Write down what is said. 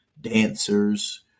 dancers